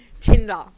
Tinder